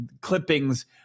clippings